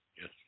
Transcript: Yes